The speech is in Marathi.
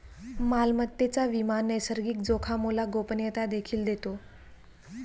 मालमत्तेचा विमा नैसर्गिक जोखामोला गोपनीयता देखील देतो